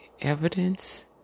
evidence